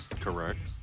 Correct